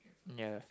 ya